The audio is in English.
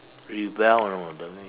rebel you know that means